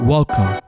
Welcome